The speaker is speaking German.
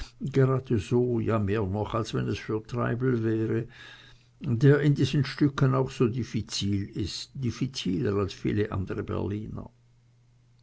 gerade so ja mehr noch als wenn es für treibel wäre der in diesen stücken auch so diffizil ist diffiziler als viele andere berliner